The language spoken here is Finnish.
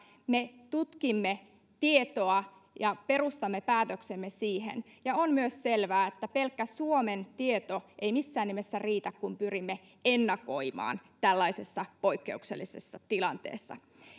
me tutkimme tietoa ja perustamme päätöksemme siihen ja on myös selvää että pelkkä suomen tieto ei missään nimessä riitä kun pyrimme ennakoimaan tällaisessa poikkeuksellisessa tilanteessa